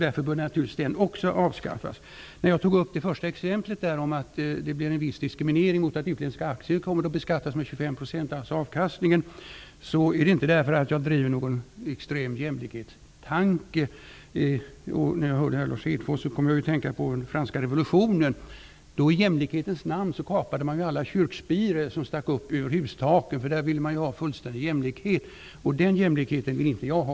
Därför bör naturligtvis den också avskaffas. När jag tog upp det första exemplet om att det blir en viss diskriminering om avkastningen på utländska aktier kommer att beskattas med 25 % är det inte därför att jag driver någon extrem jämlikhetstanke. När jag hörde Lars Hedfors kom jag att tänka på den franska revolutionen. Då kapade man alla kyrkspiror som stack upp över hustaken i jämlikhetens namn. Där ville man ju ha fullständig jämlikhet. Den jämlikheten vill inte jag ha.